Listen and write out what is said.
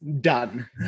done